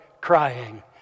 crying